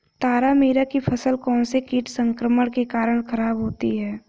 तारामीरा की फसल कौनसे कीट संक्रमण के कारण खराब होती है?